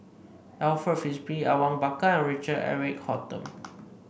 Alfred Frisby Awang Bakar and Richard Eric Holttum